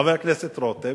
חבר הכנסת רותם,